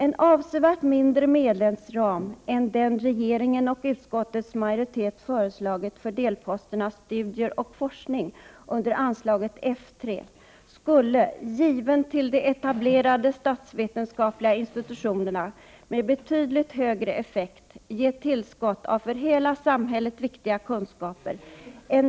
En avsevärt mindre medelsram än den regeringen och utskottets majoritet föreslagit för delposten Studier och forskning under anslaget F 3 skulle, given till de etablerade statsvetenskapliga institutionerna med betydligt högre effekt ge tillskott av för hela samhället viktiga kunskaper.